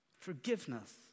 forgiveness